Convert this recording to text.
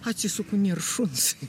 atsisuku nėr šuns